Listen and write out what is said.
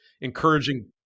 encouraging